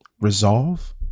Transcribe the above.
resolve